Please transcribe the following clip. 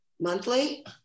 monthly